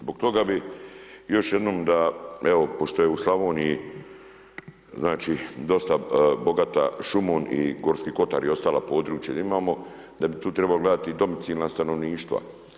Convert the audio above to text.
Zbog toga bih još jednom da evo pošto je u Slavoniji znači dosta bogata šumom i Gorski kotar i ostala područja da imamo, da bi tu trebalo gledati i domicilna stanovništva.